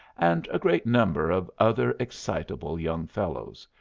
and a great number of other excitable young fellows,